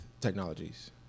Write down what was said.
Technologies